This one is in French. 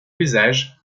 usage